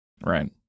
Right